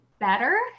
better